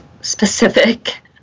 specific